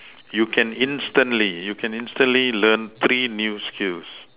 you can instantly you can instantly learn three new skills